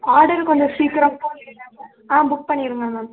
order கொஞ்சம் சீக்கிரம் book பண்ணிடுங்க மேம்